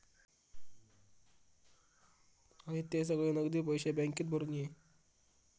हयते सगळे नगदी पैशे बॅन्केत भरून ये